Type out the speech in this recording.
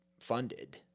funded